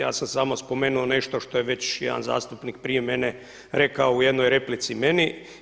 Ja sam samo spomenuo nešto što je već jedan zastupnik prije mene rekao u jednoj replici meni.